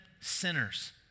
sinners